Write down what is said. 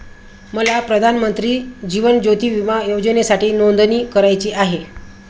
मला प्रधानमंत्री जीवन ज्योती विमा योजनेसाठी नोंदणी करायची आहे